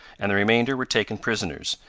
and the remainder were taken prisoners,